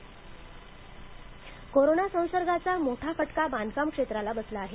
CREDAI corona संसर्गाचा मोठा फटका बांधकाम क्षेत्राला बसला आहे